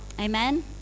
Amen